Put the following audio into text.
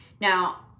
Now